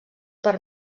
per